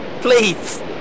please